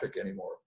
anymore